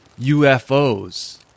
UFOs